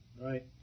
Right